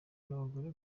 n’abagore